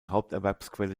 haupterwerbsquelle